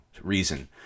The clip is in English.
reason